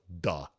duh